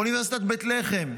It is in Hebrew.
באוניברסיטת בית לחם.